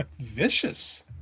Vicious